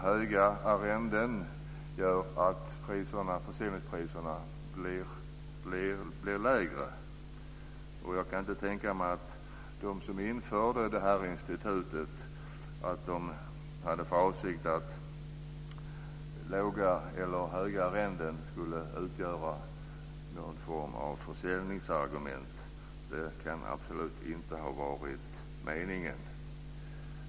Höga arrenden gör att försäljningspriserna blir lägre. Jag kan inte tänka mig att de som införde detta institut hade den tanken att låga arrenden skulle utgöra ett slags försäljningsargument. Det kan absolut inte ha varit meningen.